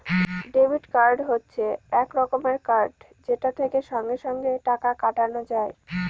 debit card হচ্ছে এক রকমের কার্ড যেটা থেকে সঙ্গে সঙ্গে টাকা কাটানো যায়